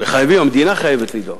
והמדינה חייבת לדאוג